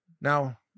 Now